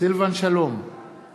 סילבן שלום, אינו